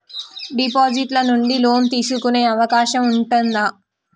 Deposit ల నుండి loan తీసుకునే అవకాశం ఉంటదా?